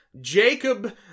Jacob